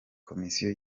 komisiyo